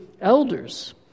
elders